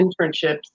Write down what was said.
internships